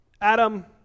Adam